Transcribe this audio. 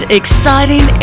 exciting